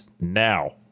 now